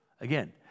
Again